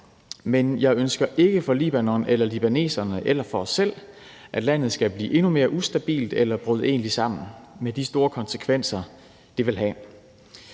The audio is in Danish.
men jeg ønsker ikke for Libanon, libaneserne eller for os selv, at landet skal blive endnu mere ustabilt eller bryde egentligt sammen med de store konsekvenser, det vil have,